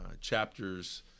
chapters